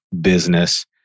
business